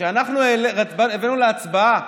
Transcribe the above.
כשאנחנו הבאנו להצבעה,